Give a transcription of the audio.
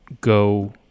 go